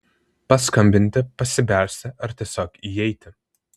paskambinti pasibelsti ar tiesiog įeiti